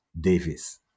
Davis